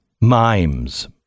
Mimes